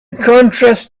contrast